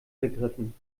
vergriffen